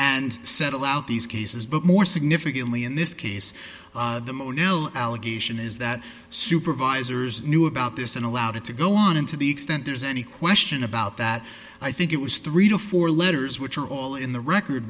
and settle out these cases but more significantly in this case the allegation is that supervisors knew about this and allowed it to go on and to the extent there's any question about that i think it was three to four letters which are all in the record